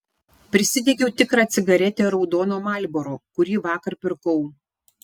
prisidegiau tikrą cigaretę raudono marlboro kurį vakar pirkau